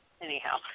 anyhow